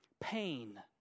Pain